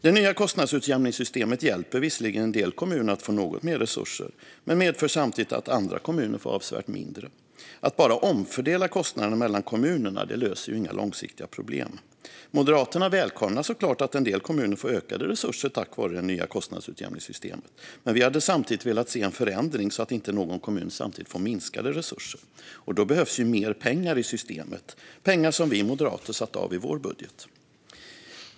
Det nya kostnadsutjämningssystemet hjälper visserligen en del kommuner att få något mer resurser men medför samtidigt att andra kommuner får avsevärt mindre. Att bara omfördela kostnaderna mellan kommunerna löser inga långsiktiga problem. Moderaterna välkomnar såklart att en del kommuner får ökade resurser tack vare det nya kostnadsutjämningssystemet, men vi hade samtidigt velat se en förändring så att inte någon kommun samtidigt får minskade resurser. Och då behövs mer pengar i systemet - pengar som vi moderater har satt av i vår budget.